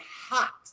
hot